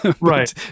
Right